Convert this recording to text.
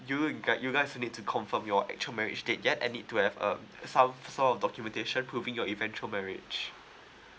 you guy~ you guys need to confirm your actual marriage date yet and need to have uh some sort of documentation proving your eventual marriage